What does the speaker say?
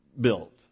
built